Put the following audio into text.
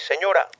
señora